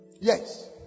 Yes